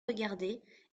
regarder